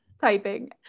typing